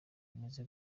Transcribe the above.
bimeze